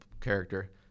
character